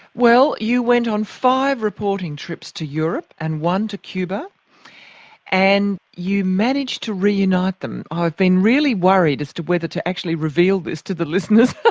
well, you went on five reporting trips to europe and one to cuba and you managed to reunite them. i've been really worried as to whether to actually reveal this to the listeners,